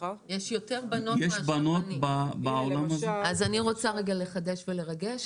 אני רוצה לחדש ולרגש.